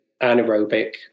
anaerobic